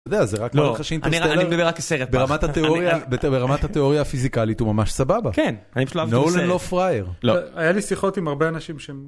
אתה יודע זה רק מראה לך ש... ברמת התיאוריה הפיזיקלית הוא ממש סבבה. נולאן לא פרייאר. היו לי שיחות עם הרבה אנשים ש...